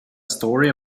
story